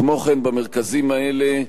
כמו כן, במרכזים האלה,